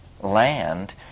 land